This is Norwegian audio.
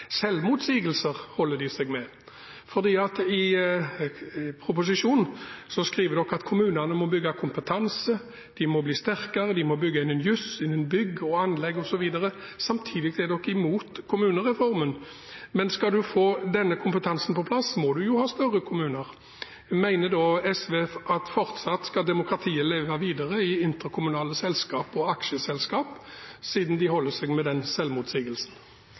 selvmotsigelser holder de seg med. SV skriver i proposisjonen at kommunene må bygge kompetanse, de må bli sterkere, de må bygge innen juss, innen bygg og anlegg osv. – og samtidig er de imot kommunereformen. Men skal en få denne kompetansen på plass, må en jo ha større kommuner. Mener da SV at demokratiet fortsatt skal leve videre i interkommunale selskap og aksjeselskap, siden de holder seg med den selvmotsigelsen?